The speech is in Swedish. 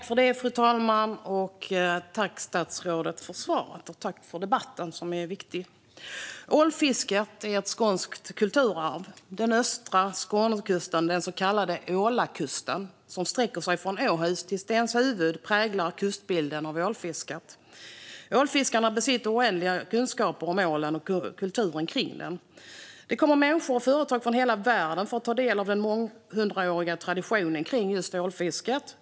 Fru talman! Tack, statsrådet, för svaret och för debatten som är viktig! Ålfisket är ett skånskt kulturarv. Längs den östra Skånekusten, den så kallade Ålakusten som sträcker sig från Åhus till Stenshuvud, präglas kustbilden av ålfisket. Ålfiskarna besitter oändliga kunskaper om ålen och kulturen kring den. Det kommer människor och företag från hela världen för att ta del av den månghundraåriga traditionen kring ålfisket.